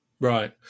right